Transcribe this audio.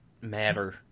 matter